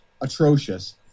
atrocious